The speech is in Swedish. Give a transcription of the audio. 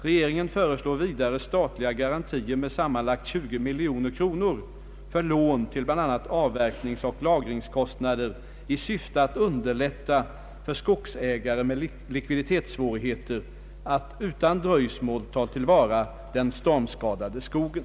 Regeringen föreslår vidare statliga garantier med sammanlagt 20 miljoner kronor för lån till bl.a. avverkningsoch lagringskostnader i syfte att underlätta för skogsägare med likviditetssvårigheter att utan dröjsmål ta till vara den stormskadade skogen.